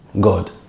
God